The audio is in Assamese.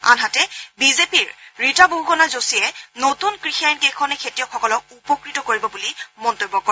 আনহাতে বিজেপিৰ ৰীতা বহুগুণা যোশীয়ে নতুন কৃষি আইন কেইখনে খেতিয়কসকলক উপকৃত কৰিব বুলি মন্তব্য কৰে